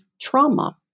trauma